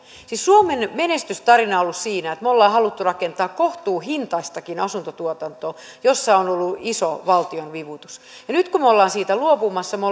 siis suomen menestystarina on ollut siinä että me olemme halunneet rakentaa kohtuuhintaistakin asuntotuotantoa jossa on ollut iso valtion vivutus nyt kun me olemme siitä luopumassa me